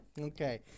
okay